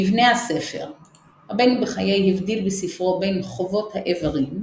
מבנה הספר רבנו בחיי הבדיל בספרו בין "חובות האיברים",